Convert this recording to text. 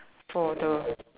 for the